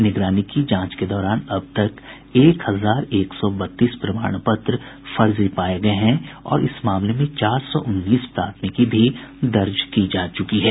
निगरानी की जांच के दौरान अब तक एक हजार एक सौ बत्तीस प्रमाण पत्र फर्जी पाये गये हैं और इस मामले में चार सौ उन्नीस प्राथमिकी भी दर्ज की जा चुकी हैं